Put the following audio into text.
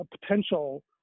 potential